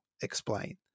explain